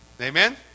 Amen